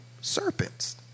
serpents